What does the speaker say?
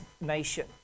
nation